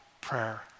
prayer